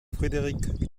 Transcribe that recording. frédéric